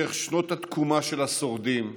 בהמשך שנות התקומה, של השורדים,